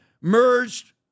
merged